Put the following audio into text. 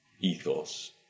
ethos